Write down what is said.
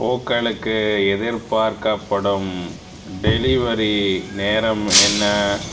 பூக்களுக்கு எதிர்பார்க்கப்படும் டெலிவரி நேரம் என்ன